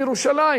בירושלים